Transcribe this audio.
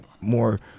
more